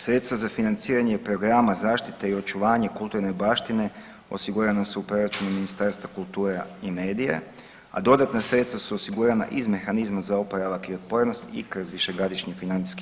Sredstva za financiranje programa zaštite i očuvanja kulturne baštine osigurana su u proračunu Ministarstva kulture i medija, a dodatna sredstva su osigurana iz mehanizma za oporavak i otpornost i kroz višegodišnji financijski okvir.